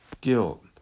guilt